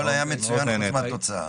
הכול היה מצוין חוץ מהתוצאה.